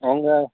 அங்கே